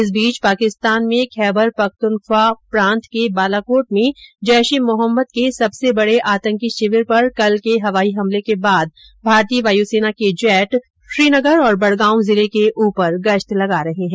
इस बीच पाकिस्तान में खैबर पख्तूनख्वा प्रांत के बालाकोट में जैश ए मोहम्मद के सबसे बड़े आतंकी शिविर पर कल के हवाई हमलें के बाद भारतीय वायुसेना के जेट श्रीनगर और बडगाम जिले के ऊपर गश्त लगा रहे हैं